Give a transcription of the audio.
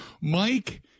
Mike